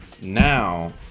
now